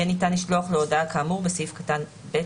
יהיה ניתן לשלוח לו הודעה כאמור בסעיף קטן (ב),